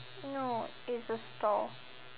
no it's a store